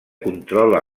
controla